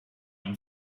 ein